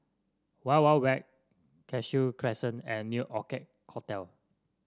Wild Wild Wet Cashew Crescent and New Orchid Hotel